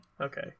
Okay